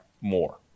more